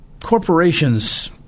corporations